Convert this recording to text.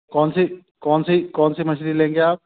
कौन सी कौन सी कौन सी मछली लेंगे आप